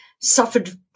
suffered